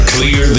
Clear